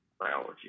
biology